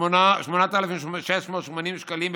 8,680 שקלים.